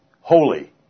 holy